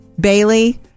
Bailey